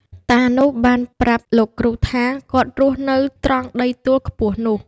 តានោះបានប្រាប់លោកគ្រូថាគាត់រស់នៅត្រង់ដីទួលខ្ពស់នោះ ។